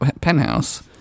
penthouse